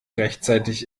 rechtzeitig